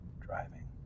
driving